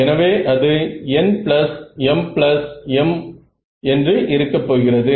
எனவே அது nmm என்று இருக்க போகிறது